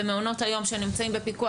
במעונות היום שנמצאים בפיקוח,